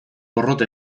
porrot